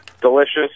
delicious